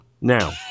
Now